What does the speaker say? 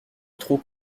trop